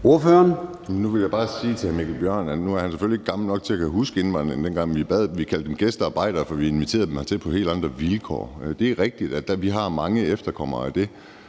Kl. 13:26 Formanden (Søren Gade): Ordføreren. Kl. 13:26 Kim Edberg Andersen (DD): Jeg vil bare sige, at nu er hr. Mikkel Bjørn selvfølgelig ikke gammel nok til at kunne huske indvandringen, dengang vi kaldte dem gæstearbejdere, fordi vi inviterede dem hertil på helt andre vilkår. Det er rigtigt, at vi har mange efterkommere af dem.